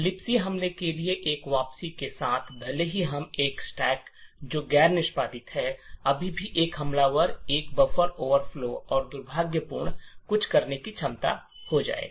libc हमले के लिए एक वापसी के साथ भले ही हम एक स्टैक जो गैर निष्पादित है अभी भी एक हमलावर एक बफर ओवरफ्लो और दुर्भावनापूर्ण कुछ करने में सक्षम हो जाएगा